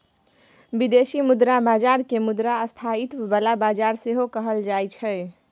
बिदेशी मुद्रा बजार केँ मुद्रा स्थायित्व बला बजार सेहो कहल जाइ छै